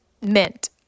Mint